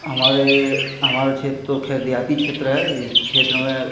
हमारे हमारा क्षेत्र तो खैर देहाती क्षेत्र है इस क्षेत्र में